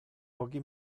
pochi